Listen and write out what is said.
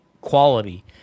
quality